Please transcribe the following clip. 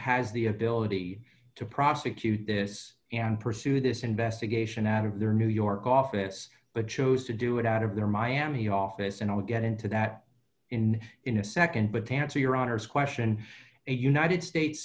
has the ability to prosecute this and pursue this investigation out of their new york office but chose to do it out of their miami office and i would get into that in in a nd but to answer your honor's question a united states